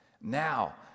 now